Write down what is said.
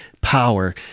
power